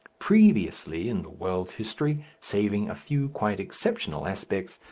previously in the world's history, saving a few quite exceptional aspects,